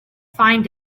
find